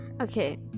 Okay